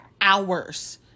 hours